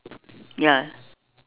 ya